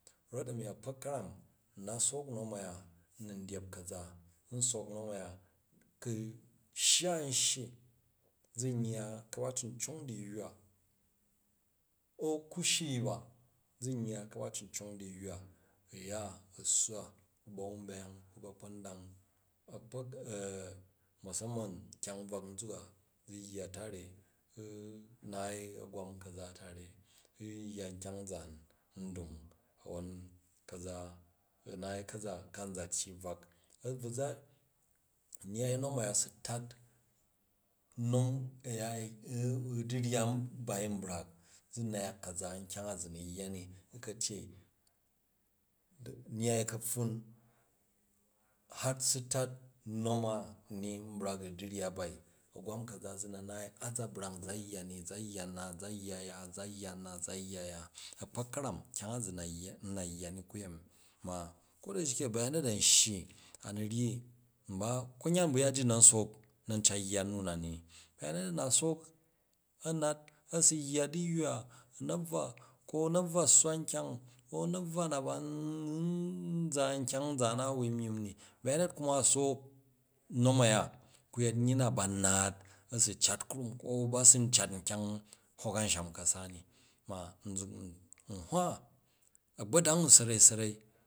Rot a̱ni a̱kpak ka̱ram n na sook nom a̱ya n nun dyep ka̱za nsook nom a̱ya ku shya n shyi zu nyya ka̱bacuncong du̱yywa an ku shii ba zan yya ku̱ba cancong du̱yywa u̱ ya u̱ swa ba̱ ba̱wumbayang bu̱ ba̱kpa̱nang, a̱kpak masaman kyang nbsak zruk azu yya tare u̱ naai a̱gwam ka̱za tare u yya nkyang nzaan ndung wwon u̱ naai ka̱za ka nza tyyi bvwak abvu za, nyai mon a̱ya sutat nom a̱ya u̱ du̱oyya bai brak, za nyak ka̱za nkyong a zu nu yya ni u ka̱ tyyei nyai ka̱pffun har su tat nom ani u̱ du̱ryya bai a̱gwam ka̱za zu na̱ naai a za brang u̱ za yya ni u̱ za yya nna u̱ za yya uya u̱ za yya nna u̱ za yya nya, a̱kpak ka̱ram kyang zu na u̱ na yya ni nku yemi, koda shike ba̱yanyet a̱n shyi a nu̱ ryyi nba, konyan bu̱ yya ji nan sook na cat yya nnu na ni, ba̱yanyet a̱ na sook a̱ nat a̱suyya du̱yywa ko u̱ na̱bvwa sswa nkyang ko u̱ na̱bvwa na ba̱n nan za nkyang nzaan na wui myimm ni, ba̱ngangyet kuma a̱ sook, nom a̱ya ku̱ yet nyyi na ba nnat a̱ su cat kram ko ba sun cat nkyang hok a̱nsham ka̱sa ni, ma nzuk nhwa a̱gba̱blang u sarai, sarai.